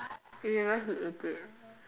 remember he ate it